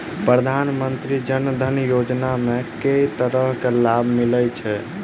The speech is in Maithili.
प्रधानमंत्री जनधन योजना मे केँ तरहक लाभ मिलय छै?